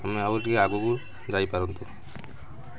ଆମେ ଆଉ ଟିକେ ଆଗକୁ ଯାଇପାରନ୍ତୁ